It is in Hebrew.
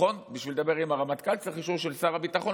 בשביל לדבר עם הרמטכ"ל צריך אישור של שר הביטחון,